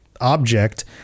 object